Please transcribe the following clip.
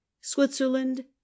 Switzerland